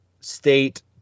state